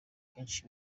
kenshi